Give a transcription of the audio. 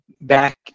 back